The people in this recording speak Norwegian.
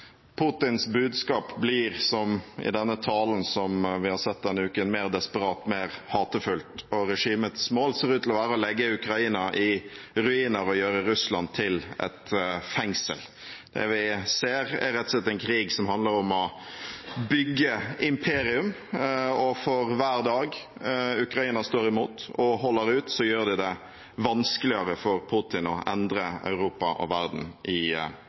budskap blir, som i denne talen vi har sett denne uken, mer desperat og mer hatefullt, og regimets mål ser ut til å være å legge Ukraina i ruiner og gjøre Russland til et fengsel. Det vi ser, er rett og slett en krig som handler om å bygge imperium, og for hver dag Ukraina står imot og holder ut, gjør de det vanskeligere for Putin å endre Europa og verden i